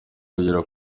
bigera